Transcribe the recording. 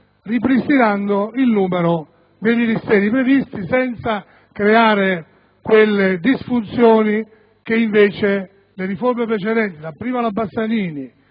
ripristinando il numero dei Ministeri previsti, senza creare quelle disfunzioni che invece le riforme precedenti, dapprima la Bassanini